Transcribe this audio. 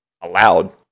allowed